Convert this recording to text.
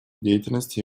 деятельности